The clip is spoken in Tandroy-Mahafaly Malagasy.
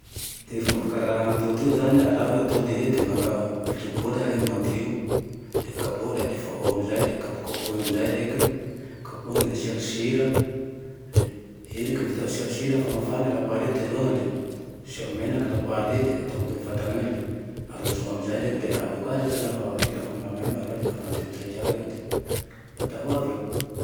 Ty fomba fikarakarana atody io zane, alao atoly io he de maka vilia boly rehe madio, le kapohy le alefa ao amizay le kapokapohigne amizay reke. Kapohigne de asia sira. Dia i reke vitao asiagne sira, mafana lapoale teroany le asio menake lapoale. Dia atao ambony fatany eo le arotsao amizay reke le avy eo ka reke lafa hitany hoe maimay ambany ao le avadiky amizay ka reke, le batao avy eo